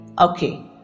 Okay